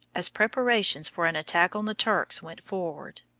as preparations for an attack on the turks went forward.